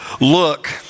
Look